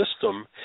system